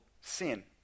sin